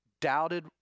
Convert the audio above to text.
Doubted